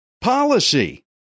policy